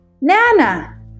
Nana